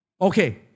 Okay